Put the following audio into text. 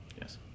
Yes